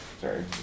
Sorry